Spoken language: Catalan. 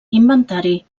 inventari